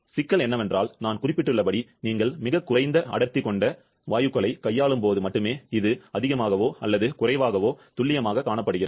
ஆனால் சிக்கல் என்னவென்றால் நான் குறிப்பிட்டுள்ளபடி நீங்கள் மிகக் குறைந்த அடர்த்தி கொண்ட வாயுக்களைக் கையாளும் போது மட்டுமே இது அதிகமாகவோ அல்லது குறைவாகவோ துல்லியமாகக் காணப்படுகிறது